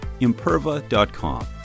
imperva.com